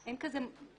אני חושבת שזו פגיעה.